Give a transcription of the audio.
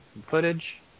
footage